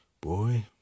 boy